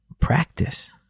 Practice